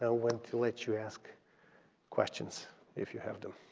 ah want to let you ask questions if you have them.